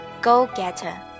go-getter